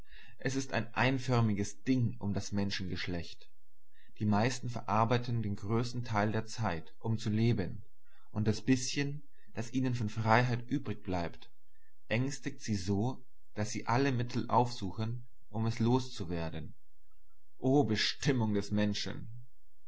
es ist ein einförmiges ding um das menschengeschlecht die meisten verarbeiten den größten teil der zeit um zu leben und das bißchen das ihnen von freiheit übrig bleibt ängstigt sie so daß sie alle mittel aufsuchen um es los zu werden o bestimmung des menschen